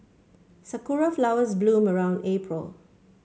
sakura flowers bloom around April